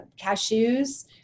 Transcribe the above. cashews